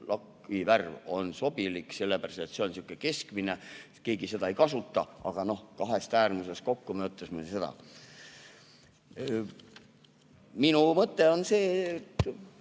lakivärv on sobilik, sellepärast, et see on sihuke keskmine, keegi seda ei kasuta, aga noh, kahest äärmusest kokku, me mõtlesime seda. Minu mõte on see: